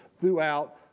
throughout